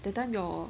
that time your